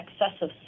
excessive